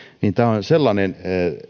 on sellainen